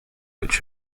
which